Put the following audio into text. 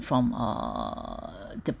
from uh